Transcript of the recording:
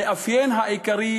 המאפיין העיקרי,